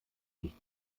nicht